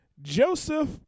Joseph